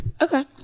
Okay